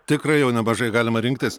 tikrai jau nemažai galima rinktis